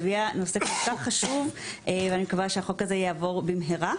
שהביאה נושא כל כך חשוב ואני מקווה שהחוק הזה יעבור במהרה.